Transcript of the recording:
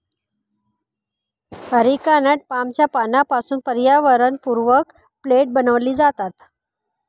areca nut पामच्या पानांपासून पर्यावरणपूरक प्लेट बनविले जातात